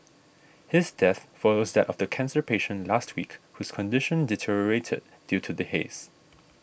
his death follows that of the cancer patient last week whose condition deteriorated due to the haze